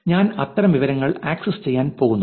ഞാൻ അത്തരം വിവരങ്ങൾ ആക്സസ് ചെയ്യാൻ പോകുന്നു